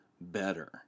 better